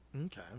Okay